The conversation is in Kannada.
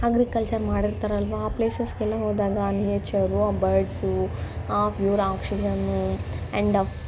ಅಗ್ರಿಕಲ್ಚರ್ ಮಾಡಿರ್ತಾರಲ್ವಾ ಆ ಪ್ಲೇಸಸ್ಗೆಲ್ಲ ಹೋದಾಗ ಅಲ್ಲಿ ನೇಚರು ಆ ಬರ್ಡ್ಸು ಆ ಪ್ಯೂರ್ ಆಕ್ಸಿಜನ್ನು ಆ್ಯಂಡ್ ಅಫ್